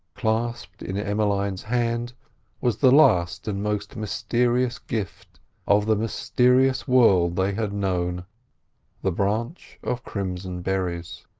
clasped in emmeline's hand was the last and most mysterious gift of the mysterious world they had known the branch of crimson berries.